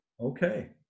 okay